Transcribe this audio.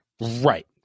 Right